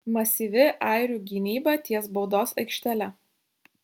masyvi airių gynyba ties baudos aikštele